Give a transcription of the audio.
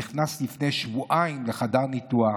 נכנס לפני שבועיים לחדר ניתוח,